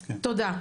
תודה,